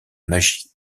magie